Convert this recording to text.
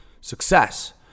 success